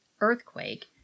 Earthquake